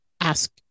ask